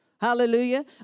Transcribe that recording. Hallelujah